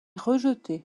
rejetée